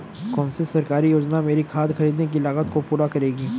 कौन सी सरकारी योजना मेरी खाद खरीदने की लागत को पूरा करेगी?